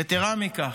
יתרה מזו,